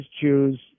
Jews